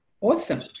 Awesome